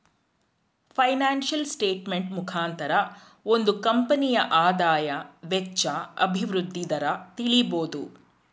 financial statement ಮುಖಾಂತರ ಒಂದು ಕಂಪನಿಯ ಆದಾಯ, ವೆಚ್ಚ, ಅಭಿವೃದ್ಧಿ ದರ ತಿಳಿಬೋದು